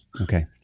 Okay